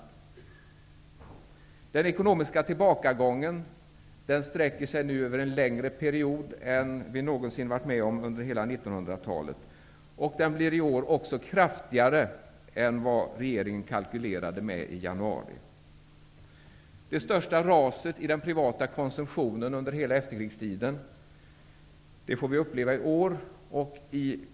Den ekonomiska tillbakagången sträcker sig nu över en längre period än vad vi någonsin har varit med om under hela 1900-talet. Den blir i år också kraftigare än vad regeringen kalkylerade med i januari. Vi får i år uppleva det under hela efterkrigstiden största raset i den privata konsumtionen.